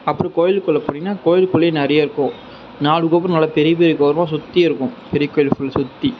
அப்பறம் கோவில்குள்ள போனீங்கனா கோவிலுக்குள்ளே நிறைய இருக்கும் நாலு கோபுரம் நல்லா பெரிய பெரிய கோபுரம் சுற்றி இருக்கும் பெரிய கோவில் ஃபுல் சுற்றி